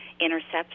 Intercepts